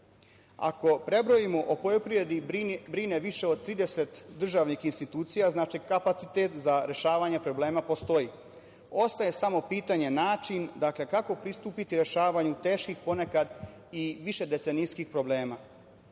Ako prebrojimo, o poljoprivredi brine više od 30 državnih institucija. Znači, kapacitet za rešavanje problema postoji. Ostaje samo pitanje načina, kako pristupiti rešavanju teških, ponekad i višedecenijskih problema. Da